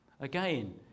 again